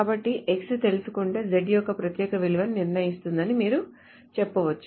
కాబట్టి X తెలుసుకుంటే Z యొక్క ప్రత్యేక విలువను నిర్ణయిస్తుందని మీరు చెప్పవచ్చు